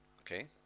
Okay